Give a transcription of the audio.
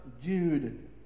Jude